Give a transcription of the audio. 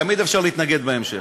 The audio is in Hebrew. תמיד אפשר להתנגד בהמשך.